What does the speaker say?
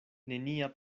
nenia